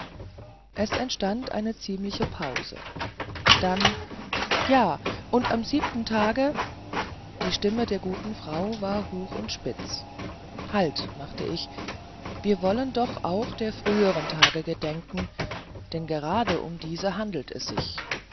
es entstand eine ziemliche pause dann ja und am siebenten tage die stimme der guten frau war hoch und spitzig halt machte ich wir wollen doch auch der früheren tage gedenken denn gerade um diese handelt es sich